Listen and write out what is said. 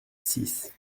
six